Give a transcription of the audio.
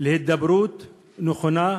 להידברות נכונה,